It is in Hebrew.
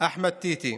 אחמד טיטי.